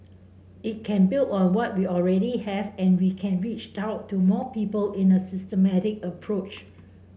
it can build on what we already have and we can reach out to more people in a systematic approach